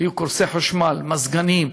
היו קורסי חשמל, מזגנים,